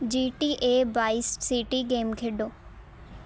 ਜੀ T A vice city game ਖੇਡੋ